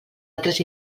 altres